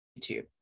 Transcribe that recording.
YouTube